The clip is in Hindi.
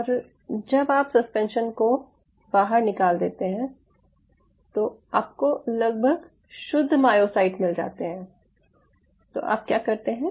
और जब आप सस्पेंशन को बाहर निकाल देते हैं तो आपको लगभग शुद्ध मायोसाइट्स मिल जाते हैं तो आप क्या करते हैं